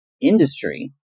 industry